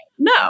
no